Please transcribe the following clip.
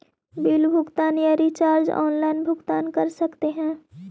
Bill भुगतान या recharge online भुगतान कर सकते हैं?